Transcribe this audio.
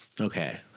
Okay